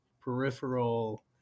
peripheral